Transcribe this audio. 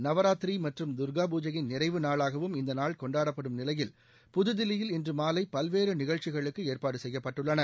நவராத்திரி மற்றும் துர்கா பூஜையின் நிறைவு நாளாகவும் இந்த நாள் கொண்டாடப்படும் நிலையில் புதுதில்லியில் இன்று மாலை பல்வேறு நிகழ்ச்சிகளுக்கு ஏற்பாடு செய்யப்பட்டுள்ளன